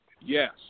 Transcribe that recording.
Yes